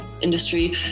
industry